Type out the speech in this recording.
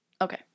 Okay